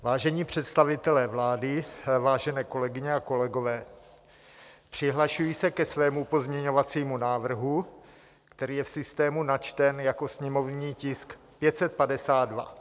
Vážení představitelé vlády, vážené kolegyně a kolegové, přihlašuji se ke svému pozměňovacímu návrhu, který je v systému načten jako sněmovní tisk 552.